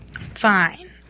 fine